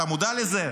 אתה מודע לזה?